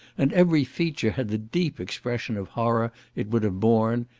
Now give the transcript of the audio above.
and every feature had the deep expression of horror it would have borne,